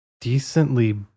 decently